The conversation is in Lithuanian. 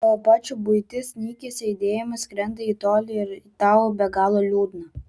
tavo pačio buitis nykiais aidėjimais skrenda į tolį ir tau be galo liūdna